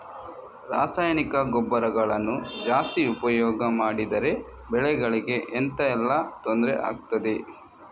ರಾಸಾಯನಿಕ ಗೊಬ್ಬರಗಳನ್ನು ಜಾಸ್ತಿ ಉಪಯೋಗ ಮಾಡಿದರೆ ಬೆಳೆಗಳಿಗೆ ಎಂತ ಎಲ್ಲಾ ತೊಂದ್ರೆ ಆಗ್ತದೆ?